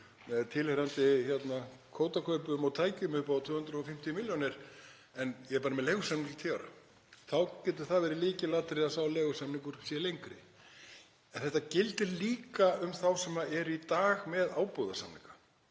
með tilheyrandi kvótakaupum og tækjum upp á 250 milljónir en ég er bara með leigusamning til tíu ára. Þá getur það verið lykilatriði að sá leigusamningur sé lengri. Þetta gildir líka um þá sem eru í dag með ábúðarsamninga.